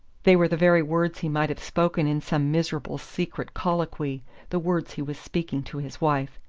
they were the very words he might have spoken in some miserable secret colloquy the words he was speaking to his wife!